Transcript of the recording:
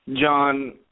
John